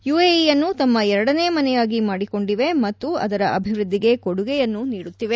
ಯುಎಇಯನ್ನು ತಮ್ಮ ಎರಡನೇ ಮನೆಯಾಗಿ ಮಾದಿಕೊಂಡಿವೆ ಮತ್ತು ಅದರ ಅಭಿವೃದ್ದಿಗೆ ಕೊಡುಗೆಯನ್ನೂ ನೀಡುತ್ತಿವೆ